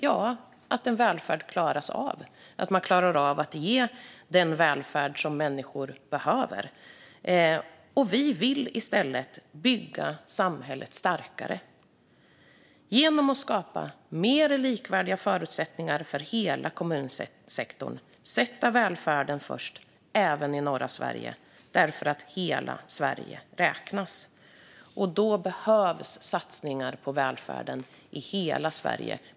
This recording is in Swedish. Jo, resurser nog att klara av att ge den välfärd som människor behöver. Vi vill bygga samhället starkare genom att skapa mer likvärdiga förutsättningar för hela kommunsektorn och sätta välfärden först, även i norra Sverige för att hela Sverige räknas. Då behövs satsningar på välfärden i hela Sverige.